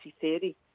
theory